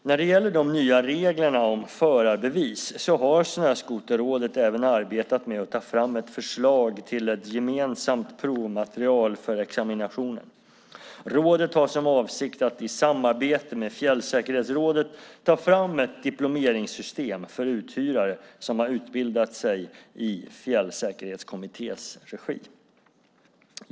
När det gäller de nya reglerna om förarbevis har Snöskoterrådet även arbetat med att ta fram ett förslag till ett gemensamt provmaterial för examinationen. Rådet har som avsikt att i samarbete med Fjällsäkerhetsrådet ta fram ett diplomeringssystem för uthyrare som har utbildat sig i Fjällsäkerhetskommitténs regi.